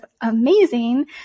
amazing